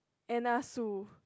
Anna-Sue